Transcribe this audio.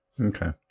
Okay